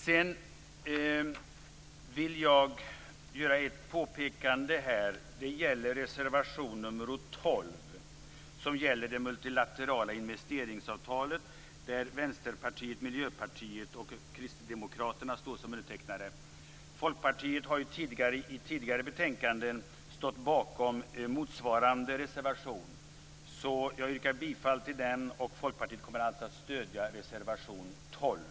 Sedan vill jag göra ett påpekande. Det gäller reservation nr 12 om det multilaterala investeringsavtalet, där Vänsterpartiet, Miljöpartiet och Kristdemokraterna står som undertecknare. Folkpartiet har i tidigare betänkanden stått bakom motsvarande reservation. Jag yrkar därför bifall till den, och Folkpartiet kommer alltså att stödja reservation nr 12.